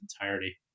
entirety